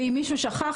ואם מישהו שכח,